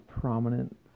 prominent